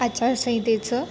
आचारसंहितेचं